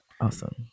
Awesome